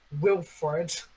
Wilfred